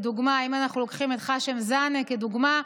אם אנחנו לוקחים את ח'שם זנה לדוגמה,